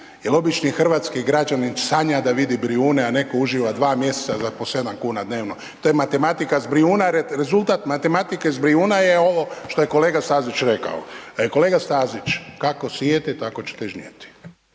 jel obični hrvatski građanin sanja da vidi Brijune, a netko uživa 2. mjeseca za po 7,00 kn dnevno, to je matematika s Brijuna, rezultat matematike s Brijuna je ovo što je kolega Stazić rekao. Kolega Stazić, kako sijete tako ćete žnjeti.